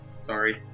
sorry